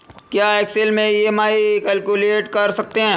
क्या एक्सेल में EMI calculate कर सकते हैं?